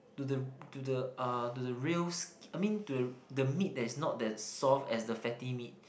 to the to the uh to the real I mean to the meat that is not that soft as the fatty meat